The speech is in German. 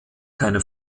keine